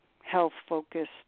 health-focused